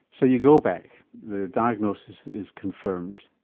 so you go back, the diagnosis is confirmed,